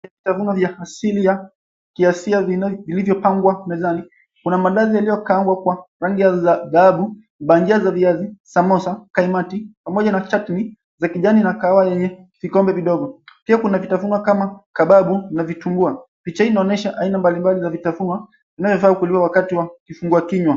Vitafunwa vya asili ya kiasia vilivyopangwa mezani kuna maandazi yaliokaangwa kwa rangi ya dhahabu, bajia za viazi, samosa, kaimati pamoja na cha𝑡ni za kijani na kahawa yenye vikombe vidogo pia kuna vitafunwa kama k𝑒babu na vitumbua picha hii inaonyesha aina mbalimbali vya vitafunwa vinavyofaa kukiwa wakati wa kifungua kinywa.